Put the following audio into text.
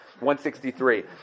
163